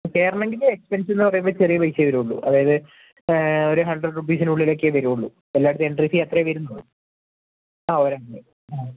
കയറണമെങ്കിൽ expense എന്ന് പറയുമ്പം ചെറിയ പൈസയേ വരുള്ളൂ അതായത് ഒരു ഹൺഡ്രഡ് റുപ്പീസിനുള്ളിലൊക്കെയേ വരുള്ളൂ എല്ലായിടത്തും എൻട്രി ഫീ അത്രയേ വരുന്നുള്ളൂ ആ ഒരാൾ ആ